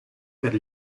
per